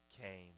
came